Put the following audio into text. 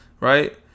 Right